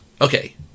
Okay